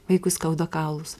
vaikui skauda kaulus